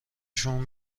شون